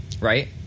right